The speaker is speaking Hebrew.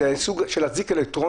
היא הנותנת.